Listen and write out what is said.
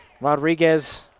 Rodriguez